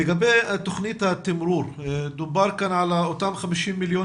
לגבי תכנית התמרור דובר כאן על אותם 50 מיליון